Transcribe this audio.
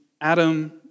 Adam